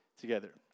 together